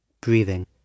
Breathing